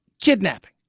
kidnapping